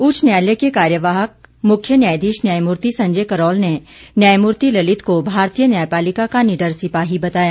उच्च न्यायालय के कार्यवाहक मुख्य न्यायधीश न्यायमूर्ति संजय करोल ने न्यायमूर्ति ललित को भारतीय न्यायपालिका का निडर सिपाही बताया